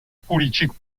politique